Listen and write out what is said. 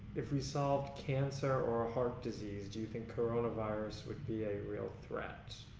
if we solved cancer or ah heart disease do you think corona virus would be a real threat?